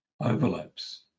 Overlaps